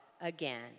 again